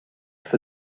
for